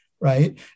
right